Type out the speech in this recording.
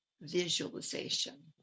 visualization